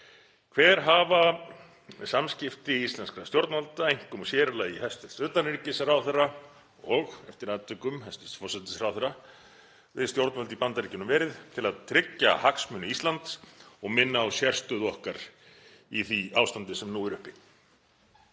Hver hafa samskipti íslenskra stjórnvalda, einkum og sér í lagi hæstv. utanríkisráðherra, og eftir atvikum hæstv. forsætisráðherra, við stjórnvöld í Bandaríkjunum verið til að tryggja hagsmuni Íslands og minna á sérstöðu okkar í því ástandi sem nú er uppi?